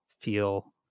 feel